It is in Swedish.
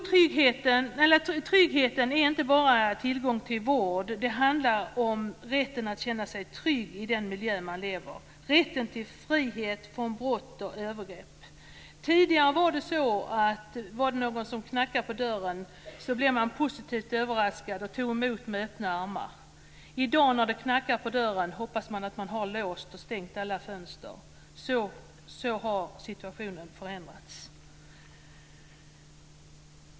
Trygghet är inte bara tillgång till vård. Det handlar även om rätten att känna sig trygg i den miljö som man lever i - rätten till frihet från brott och övergrepp. När någon tidigare knackade på dörren blev man positivt överraskad och tog emot med öppna armar. När det i dag knackar på dörren hoppas man att man har låst och att man har stängt alla fönster. Så har situationen förändrats.